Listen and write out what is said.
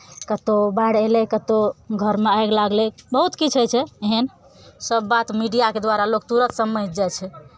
कतहु बाढ़ि अयलै कतहु घरमे आगि लागलै बहुत किछु होइ छै एहन सभबात मीडियाके द्वारा लोक तुरन्त समझि जाइ छै